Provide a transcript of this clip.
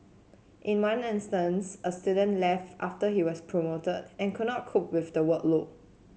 in one instance a student left after he was promoted and could not cope with the workload